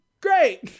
Great